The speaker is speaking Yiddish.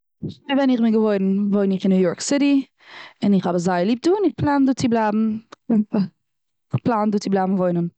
פון ווען איך בין געבוירן וואוין איך און ניו יארק סיטי. און איך האב עס זייער ליב דא, און כ'פלאן דא צו בלייבן כ'פלאן דא צו בלייבן וואוינען.